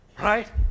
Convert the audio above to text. Right